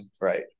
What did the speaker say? Right